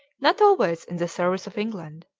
not always in the service of england,